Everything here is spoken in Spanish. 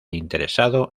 interesado